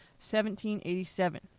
1787